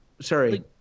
sorry